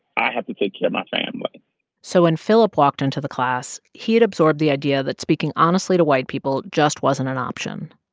i have to take care of my family so when philip walked into the class, he had absorbed the idea that speaking honestly to white people just wasn't an option.